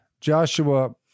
joshua